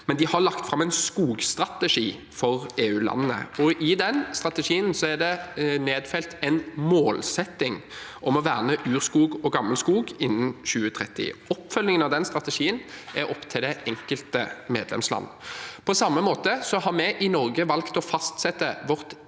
men man har lagt fram en skogstrategi for EU-landene, og i den strategien er det nedfelt en målsetting om å verne urskog og gammelskog innen 2030. Oppfølgingen av den strategien er opp til det enkelte medlemsland. På samme måte har vi i Norge valgt å fastsette vårt